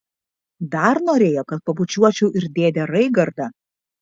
dar norėjo kad pabučiuočiau ir dėdę raigardą